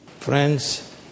Friends